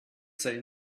say